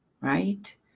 right